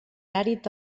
àrid